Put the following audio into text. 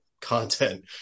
content